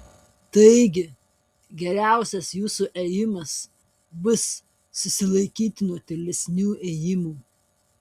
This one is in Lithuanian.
taigi geriausias jūsų ėjimas bus susilaikyti nuo tolesnių ėjimų